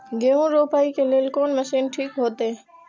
गेहूं रोपाई के लेल कोन मशीन ठीक होते?